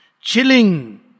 chilling